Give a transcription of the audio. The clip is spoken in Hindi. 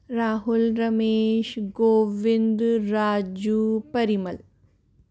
राहुल रमेश गोविंद राजू परिमल